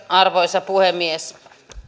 arvoisa puhemies en tiedä onko